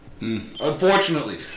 Unfortunately